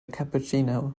cappuccino